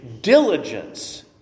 Diligence